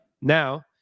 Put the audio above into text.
now